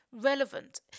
Relevant